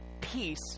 peace